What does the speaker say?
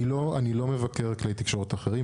במקרה שלנו, אני לא מבקר כלי תקשורת אחרים.